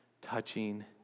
touching